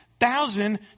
thousand